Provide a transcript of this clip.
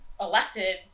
elected